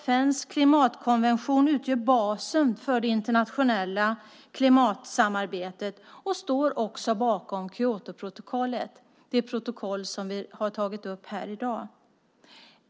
FN:s klimatkonvention utgör basen för det internationella klimatsamarbetet och står också bakom Kyotoprotokollet, det protokoll som vi har tagit upp här i dag.